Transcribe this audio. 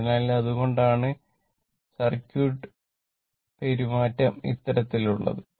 അതിനാൽ അതുകൊണ്ടാണ് സർക്യൂട്ട് പെരുമാറ്റം ഇത്തരത്തിലുള്ളത്